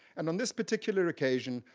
and on this particular occasion,